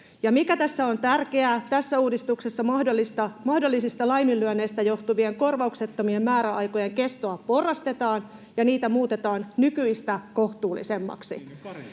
Mikä tärkeää, tässä uudistuksessa mahdollisista laiminlyönneistä johtuvien korvauksettomien määräaikojen kestoa porrastetaan ja niitä muutetaan nykyistä kohtuullisemmiksi.